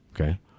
Okay